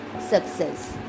success